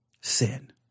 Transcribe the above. sin